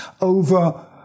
over